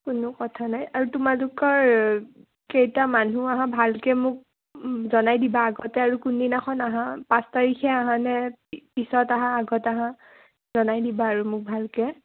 কোনো কথা নাই আৰু তোমালোকৰ কেইটা মানুহ আহা ভালকে মোক জনাই দিবা আগতে আৰু কোনদিনাখন আহা পাঁচ তাৰিখে আহানে পিছত আহা আগত আহা জনাই দিবা আৰু মোক ভালকৈ